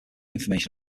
information